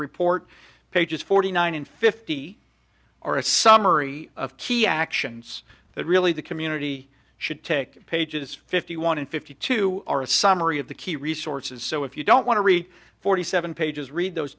report pages forty nine in fifty or a summary of key actions that really the community should take pages fifty one and fifty two are a summary of the key resources so if you don't want to read forty seven pages read those